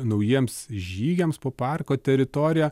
naujiems žygiams po parko teritoriją